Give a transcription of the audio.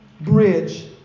bridge